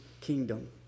kingdom